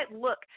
look